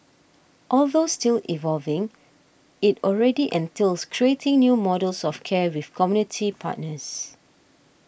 although still evolving it already entails creating new models of care with community partners